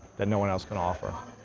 that no one else can offer.